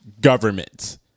government